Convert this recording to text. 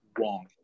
wrong